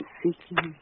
seeking